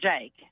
Jake